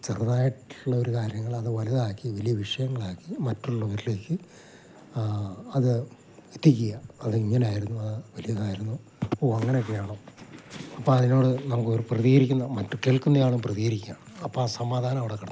ചെറുതായിട്ടുള്ള ഒരു കാര്യങ്ങൾ അത് വലുതാക്കി വലിയ വിഷയങ്ങളാക്കി മറ്റുള്ളവരിലേക്ക് അത് എത്തിക്കുക അത് ഇങ്ങനായിരുന്നു വലിയതായിരുന്നു ഓ അങ്ങനെ ഒക്കെയാണോ അപ്പം അതിനോട് നമുക്ക് പ്രതീകരിക്കുന്ന മറ്റ് കേൾക്കുന്ന ആളും പ്രതീകരിക്കയാണ് അപ്പം ആ സമാധാനം അവിടെ കടന്നു വന്ന്